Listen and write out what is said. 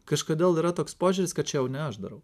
kažkodėl yra toks požiūris kad čia jau ne aš darau